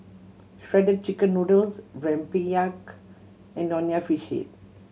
Shredded Chicken Noodles rempeyek and Nonya Fish Head